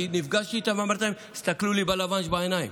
כי נפגשתי איתם ואמרתי להם: תסתכלו לי בלבן של העיניים.